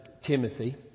Timothy